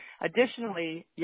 Additionally